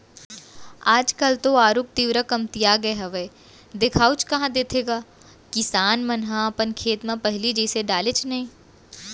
आज काल तो आरूग तिंवरा कमतिया गय हावय देखाउ कहॉं देथे गा किसान मन ह अपन खेत म पहिली जइसे डाले नइ